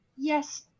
Yes